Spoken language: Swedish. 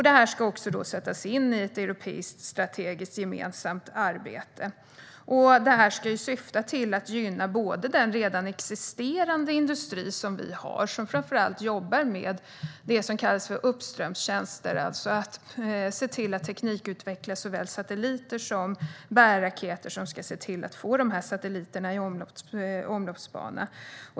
Detta ska också sättas in i ett europeiskt, strategiskt gemensamt arbete. Det här ska gynna den redan existerande industri vi har, som framför allt jobbar med det som kallas uppströmstjänster, det vill säga att teknikutveckla såväl satelliter som bärraketer som ska få dessa satelliter i omloppsbana.